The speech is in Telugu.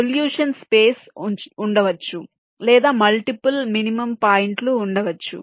సొల్యూషన్ స్పేస్ ఉండవచ్చు లేదా మల్టిపుల్ మినిమం పాయింట్లు ఉండవచ్చు